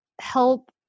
help